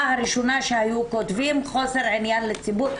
הראשונה שהיו כותבים: חוסר עניין לציבור.